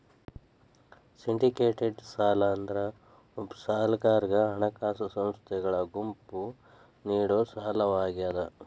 syndicated ಸಾಲ ಅಂದ್ರ ಒಬ್ಬ ಸಾಲಗಾರಗ ಹಣಕಾಸ ಸಂಸ್ಥೆಗಳ ಗುಂಪು ನೇಡೊ ಸಾಲವಾಗ್ಯಾದ